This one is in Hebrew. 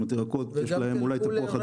יש להן אולי תפוח אדמה.